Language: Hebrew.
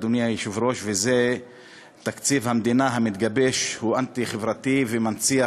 אדוני היושב-ראש: תקציב המדינה המתגבש הוא אנטי-חברתי ומנציח